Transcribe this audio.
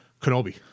kenobi